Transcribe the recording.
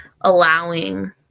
allowing